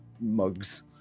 mugs